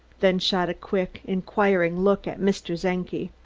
then shot a quick, inquiring look at mr. czenki.